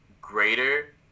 greater